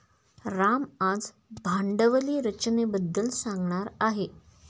राम आज भांडवली रचनेबद्दल सांगणार आहे